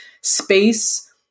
space